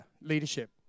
leadership